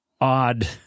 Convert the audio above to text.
odd